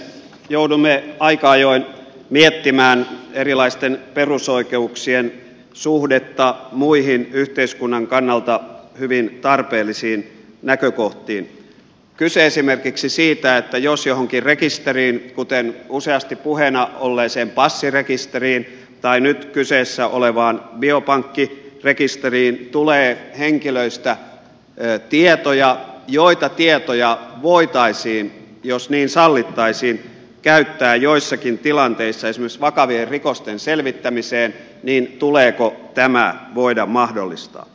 joudumme aika ajoin miettimään erilaisten perusoikeuksien suhdetta muihin yhteiskunnan kannalta hyvin tarpeellisiin näkökohtiin kun on kyse esimerkiksi siitä että jos johonkin rekisteriin kuten useasti puheena olleeseen passirekisteriin tai nyt kyseessä olevaan biopankkirekisteriin tulee henkilöistä tietoja joita tietoja voitaisiin jos niin sallittaisiin käyttää joissakin tilanteissa esimerkiksi vakavien rikosten selvittämiseen niin tuleeko tämä voida mahdollistaa